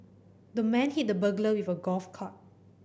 the man hit the burglar with a golf club